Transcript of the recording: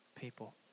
people